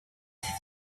sie